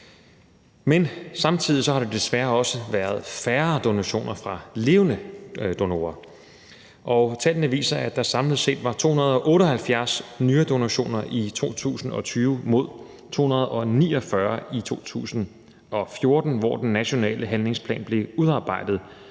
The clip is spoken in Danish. Men samtidig har der desværre også været færre donationer fra levende donorer. Tallene viser, at der samlet set var 278 nyredonationer i 2020 mod 249 i 2014, hvor den nationale handlingsplan blev udarbejdet,